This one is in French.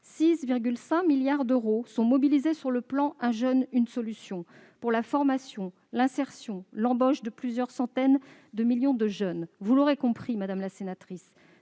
6,5 milliards d'euros qui sont mobilisés dans le plan « 1 jeune, 1 solution », pour la formation, l'insertion et l'embauche de plusieurs centaines de millions de jeunes. Vous l'aurez compris, madame la sénatrice,